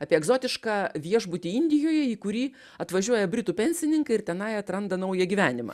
apie egzotišką viešbutį indijoje į kurį atvažiuoja britų pensininkai ir tenai atranda naują gyvenimą